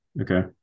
Okay